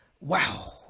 wow